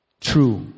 True